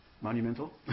monumental